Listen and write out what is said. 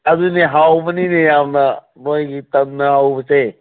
ꯑꯗꯨꯅꯦ ꯍꯥꯎꯕꯅꯤꯅꯦ ꯌꯥꯝꯅ ꯃꯣꯏꯒꯤ ꯀꯪꯅ ꯍꯧꯕꯁꯦ